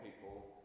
people